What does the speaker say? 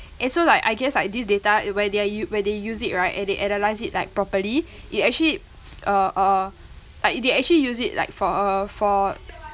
and so like I guess like this data when they're u~ when they use it right and they analyse it like properly it actually uh uh like they actually use it like for uh for